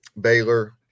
Baylor